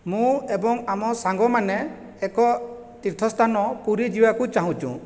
ମୁଁ ଏବଂ ଆମ ସାଙ୍ଗମାନେ ଏକ ତୀର୍ଥସ୍ଥାନ ପୁରୀ ଯିବାକୁ ଚାହୁଁଛୁଁ